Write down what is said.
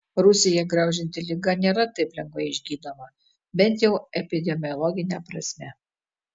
rusiją graužianti liga nėra taip lengvai išgydoma bent jau epidemiologine prasme